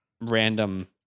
random